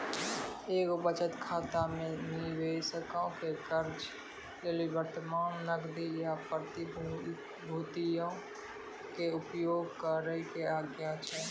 एगो बचत खाता मे निबेशको के कर्जा लेली वर्तमान नगदी या प्रतिभूतियो के उपयोग करै के आज्ञा छै